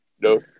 no